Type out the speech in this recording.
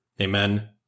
Amen